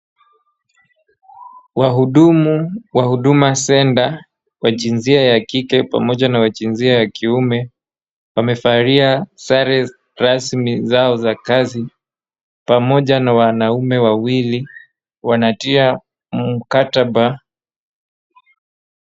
Wahudumu wa huduma center wa jinsia ya kike pamoja na jinsia ya kiume wamevalia sare rasmi zao za kazi .Pamoja na wanaume wawili wanatia mkataba.